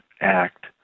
act